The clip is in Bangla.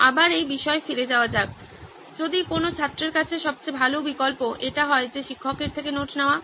আবার এই বিষয়ে ফিরে যাওয়া যাক যদি কোনো ছাত্রের কাছে সবচেয়ে ভালো বিকল্প এটা হয় যে শিক্ষকের থেকে নোট নেওয়া